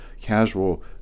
casual